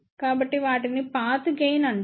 కాబట్టి వాటిని path gain అంటాం